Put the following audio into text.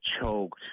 choked